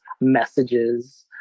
messages